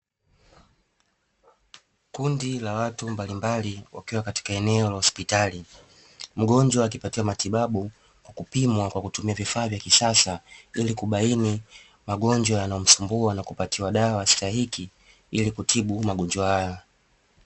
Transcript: Kundi la watu mbalimbali ,wakiwa katika eneo la hospitali .Mgonjwa akipatiwa matibabu kwa kupimwa kwa kutumia vifaa vya kisasa ili kubaini magonjwa yanayomsumbua na kupatiwa dawa stahiki ili kutibu magonjwa hayo.